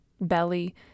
belly